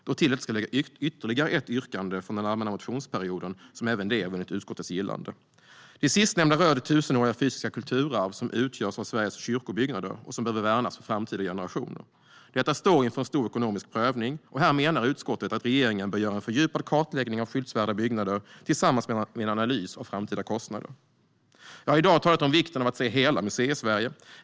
Till detta ska läggas ytterligare ett yrkande från den allmänna motionstiden som även det har vunnit utskottets gillande. Det sistnämnda rör det tusenåriga fysiska kulturarv som utgörs av Sveriges kyrkobyggnader och som behöver värnas för framtida generationer. Detta står inför en stor ekonomisk prövning, och här menar utskottet att regeringen bör göra en fördjupad kartläggning av skyddsvärda byggnader tillsammans med en analys av framtida kostnader. Jag har i dag talat om vikten av att se hela Museisverige.